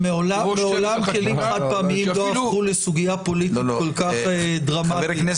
כראש צוות החקיקה שאפילו --- מעולם כלים